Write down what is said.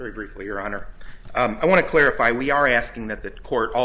very briefly your honor i want to clarify we are asking that the court